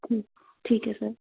ਠੀਕ ਠੀਕ ਹੈ ਸਰ